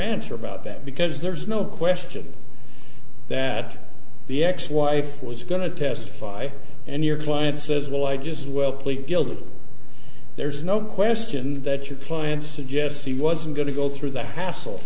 answer about that because there's no question that the ex wife was going to testify and your client says well i just well plead guilty there's no question that your client should just he wasn't going to go through the hassle